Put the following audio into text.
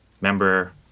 remember